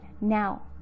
now